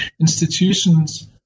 Institutions